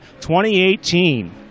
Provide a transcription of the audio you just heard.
2018